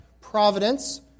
providence